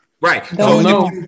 Right